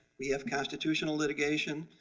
we have constitutional litigation,